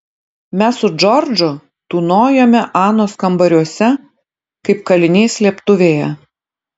mes su džordžu tūnojome anos kambariuose kaip kaliniai slėptuvėje